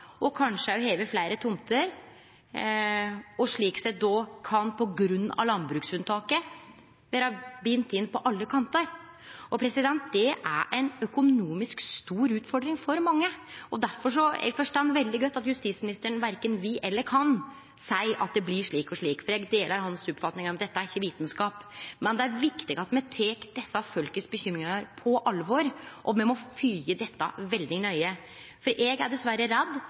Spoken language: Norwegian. og kanskje òg har fleire tomter. Slik sett kan dei òg på grunn av landbruksunntaket vere bundne på alle kantar. Det er ei stor økonomisk utfordring for mange. Eg forstår godt at justisministeren verken vil eller kan seie at det blir slik og slik, for eg deler hans oppfatning av at dette ikkje er vitskap. Men det er viktig at me tek desse folkas bekymringar på alvor, og me må følgje dette veldig nøye. Eg er dessverre redd